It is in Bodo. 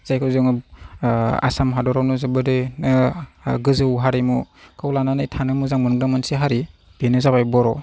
जायखौ जोङो आसाम हादरसावनो जोबोरै गोजौ हारिमुखौ लानानै थानो मोजां मोनग्रा मोनसे हारि बेनो जाबाय बर'